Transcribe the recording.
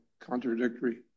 contradictory